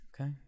Okay